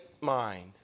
mind